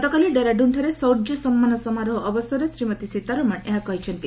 ଗତକାଲି ଡେରାଡୁନ୍ଠାରେ ସୌର୍ଯ୍ୟ ସମ୍ମାନ ସମାରୋହ ଅବସରରେ ଶ୍ରୀମତୀ ସୀତାରମଣ ଏହା କହିଛନ୍ତି